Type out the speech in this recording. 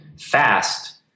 fast